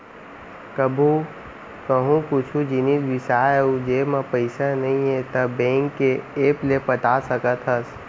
कभू कहूँ कुछु जिनिस बिसाए अउ जेब म पइसा नइये त बेंक के ऐप ले पटा सकत हस